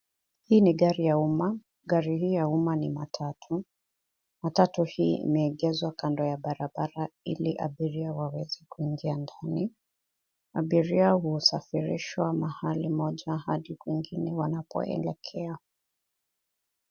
Hii ni gari ya umma. Gari hii ya umma ni matatu. Matatu hii imeegezwa kando ya barabara ili abiria waweze kuingia ndani. Abiria husafirishwa mahali moja hadi kwingine wanapoelekea.